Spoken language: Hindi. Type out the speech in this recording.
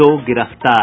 दो गिरफ्तार